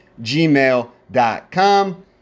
gmail.com